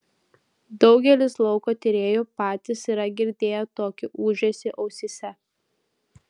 daugelis lauko tyrėjų patys yra girdėję tokį ūžesį ausyse